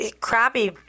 crappy